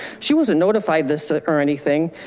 she wasn't notified this or anything.